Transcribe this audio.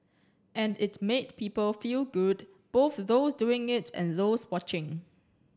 and it made people feel good both those doing it and those watching